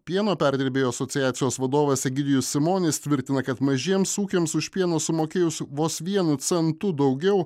pieno perdirbėjų asociacijos vadovas egidijus simonis tvirtina kad mažiems ūkiams už pieną sumokėjus vos vienu centu daugiau